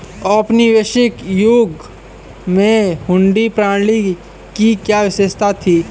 औपनिवेशिक युग में हुंडी प्रणाली की क्या विशेषता थी?